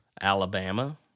Alabama